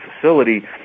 facility